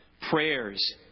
prayers